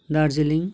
Darjeeling